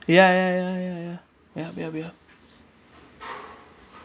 ya ya ya ya ya yup yup yup